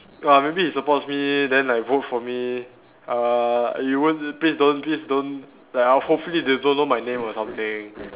or maybe he supports me then like vote for me uh you won't please don't please don't like ho~ hopefully they don't know my name or something